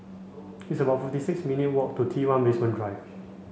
it's about fifty six minute walk to Tone Basement Drive